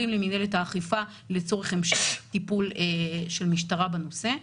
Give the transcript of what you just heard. למינהלת האכיפה לצורך המשך טיפול של משטרה בנושא,